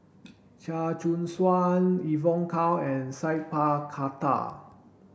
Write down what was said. Chia Choo Suan Evon Kow and Sat Pal Khattar